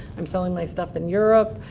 i'm selling my stuff in europe.